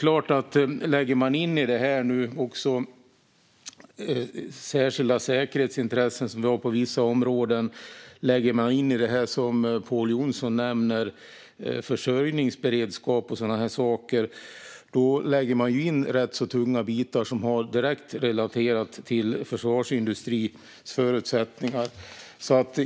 Om man i det här också lägger in särskilda säkerhetsintressen som vi har på vissa områden, det som Pål Jonson nämner om försörjningsberedskap och så vidare, lägger man in rätt så tunga bitar som är direkt relaterade till försvarsindustrins förutsättningar.